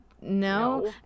No